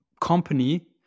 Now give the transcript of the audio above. company